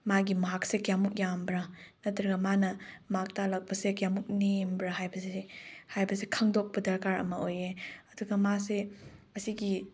ꯃꯥꯒꯤ ꯃꯥꯔꯛꯁꯦ ꯀꯌꯥꯃꯨꯛ ꯌꯥꯝꯕ꯭ꯔꯥ ꯅꯠꯇ꯭ꯔꯒ ꯃꯥꯅ ꯃꯥꯔꯛ ꯇꯥꯔꯛꯄꯁꯦ ꯀꯌꯥꯃꯨꯛ ꯅꯦꯝꯕ꯭ꯔꯥ ꯍꯥꯏꯕꯁꯤ ꯍꯥꯏꯕꯁꯤ ꯈꯪꯗꯣꯛꯄ ꯗꯔꯀꯥꯔ ꯑꯃ ꯑꯣꯏꯌꯦ ꯑꯗꯨꯒ ꯃꯥꯁꯦ ꯑꯁꯤꯒꯤ